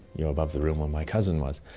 you're above the room where my cousin was,